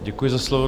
Děkuji za slovo.